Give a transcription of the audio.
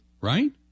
right